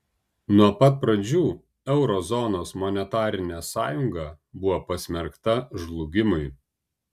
nuo pat pradžių euro zonos monetarinė sąjunga buvo pasmerkta žlugimui